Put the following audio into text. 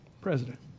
president